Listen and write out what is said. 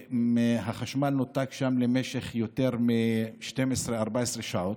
והחשמל נותק שם למשך יותר מ-12, 14 שעות.